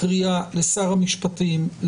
קריאה לשר המשפטים,